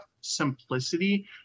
simplicity